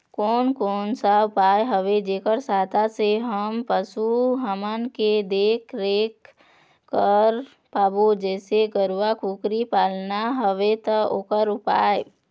कोन कौन सा उपाय हवे जेकर सहायता से हम पशु हमन के देख देख रेख कर पाबो जैसे गरवा कुकरी पालना हवे ता ओकर उपाय?